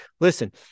Listen